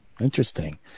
Interesting